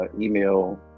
email